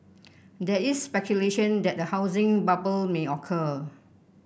there is speculation that a housing bubble may occur